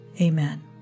Amen